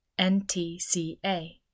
NTCA